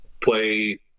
play